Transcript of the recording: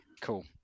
Cool